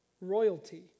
royalty